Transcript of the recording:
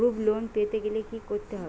Group loan পেতে গেলে কি করতে হবে?